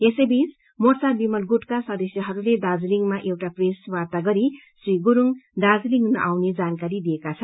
यसैबीच मोर्चा विमल गुटका सदस्यहरूले दार्जीलिङमा एउटा प्रेस वार्ता गरि श्री गुरूङ दार्जीलिङ न आउने जानकारी दिएका छन्